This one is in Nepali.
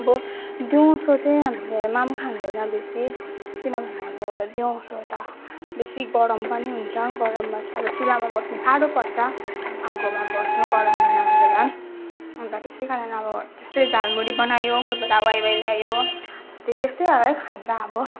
अब दिउँसो चाहिँ हामीले माम खाँदैन बेसी किनभने अब दिउँसो त बेसी गरम पनि हुन्छ गरममा अब चुल्हामा बस्नु साह्रो पर्छ आगोमा बस्नु गरम महिनामा त झन अन्त त्यसै कारण अब त्यस्तै झालमुरी बनायो कोहीबेला वाइवाई ल्यायो त्यस्तै वाइवाईहरू नै खान्छ अब